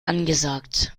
angesagt